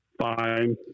fine